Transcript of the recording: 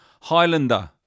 Highlander